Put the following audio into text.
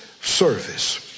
service